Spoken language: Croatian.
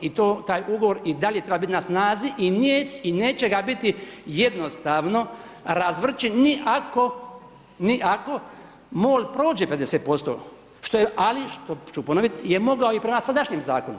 I taj ugovor i dalje treba biti na snazi i neće ga biti jednostavno razvrći ni ako, ni ako MOL prođe 50% što je, ali što ću ponoviti je mogao i prema sadašnjem zakonu.